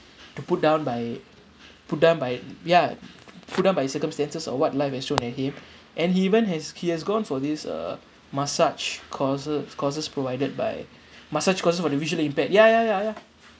to put down by put down by ya put down by circumstances of what life has thrown at him and he even has he has gone for this uh massage courses courses provided by massage courses for the visually impaired ya ya ya ya